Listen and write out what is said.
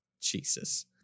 Jesus